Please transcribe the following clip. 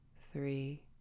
three